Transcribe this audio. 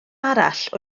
arall